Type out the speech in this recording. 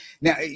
Now